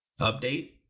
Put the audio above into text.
update